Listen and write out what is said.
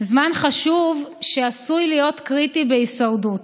זמן חשוב, שעשוי להיות קריטי להישרדות.